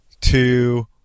two